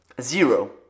Zero